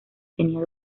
tenía